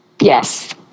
Yes